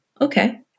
okay